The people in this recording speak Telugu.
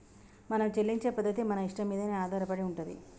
మనం చెల్లించే పద్ధతి మన ఇష్టం మీదనే ఆధారపడి ఉంటది